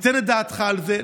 תן את דעתך על זה.